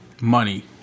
Money